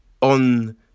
On